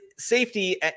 safety